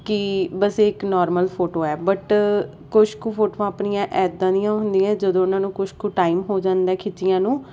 ਕਿ ਬਸ ਇਕ ਨੋਰਮਲ ਫੋਟੋ ਹੈ ਬਟ ਕੁਛ ਕੁ ਫੋਟੋਆਂ ਆਪਣੀਆਂ ਇੱਦਾਂ ਦੀਆਂ ਹੁੰਦੀਆਂ ਜਦੋਂ ਉਹਨਾਂ ਨੂੰ ਕੁਝ ਕੁ ਟਾਈਮ ਹੋ ਜਾਂਦਾ ਖਿੱਚੀਆਂ ਨੂੰ